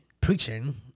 preaching